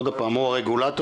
עוד הפעם הוא הרגולטור,